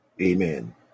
Amen